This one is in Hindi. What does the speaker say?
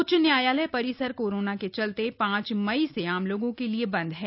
उच्च न्यायालय परिसर कोरोना के चलते पांच मई से आम लोगों के लिये बंद है